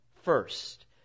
first